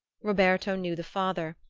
roberto knew the father,